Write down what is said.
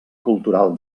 cultural